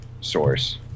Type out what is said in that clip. source